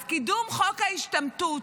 אז קידום חוק ההשתמטות,